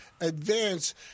advance